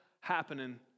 happening